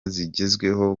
zigezweho